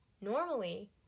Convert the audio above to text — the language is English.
Normally